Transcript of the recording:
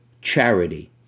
charity